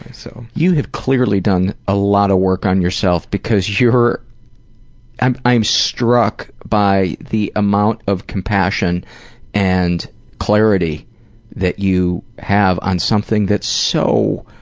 so you have clearly done a lot of work on yourself, because you're i'm i'm struck by the amount of compassion and clarity that you have on something that's so,